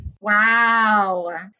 Wow